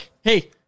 hey